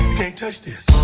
can't touch this